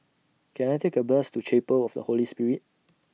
Can I Take A Bus to Chapel of The Holy Spirit